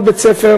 כל בית-ספר